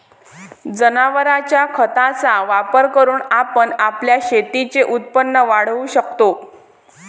जनावरांच्या खताचा वापर करून आपण आपल्या शेतीचे उत्पन्न वाढवू शकतो